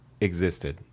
existed